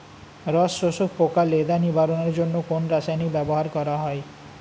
রস শোষক পোকা লেদা নিবারণের জন্য কোন রাসায়নিক ব্যবহার করা হয়?